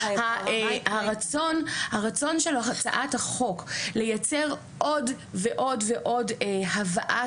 הרצון של הצעת החוק לייצר עוד ועוד הבאה